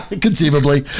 Conceivably